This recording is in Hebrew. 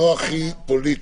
נוחי פוליטיס,